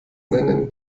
nennen